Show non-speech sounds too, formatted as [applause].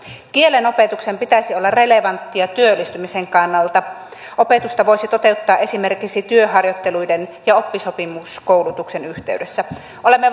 kielen opetuksen pitäisi olla relevanttia työllistymisen kannalta opetusta voisi toteuttaa esimerkiksi työharjoitteluiden ja oppisopimuskoulutuksen yhteydessä olemme [unintelligible]